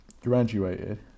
graduated